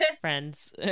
friends